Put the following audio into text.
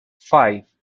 five